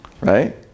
Right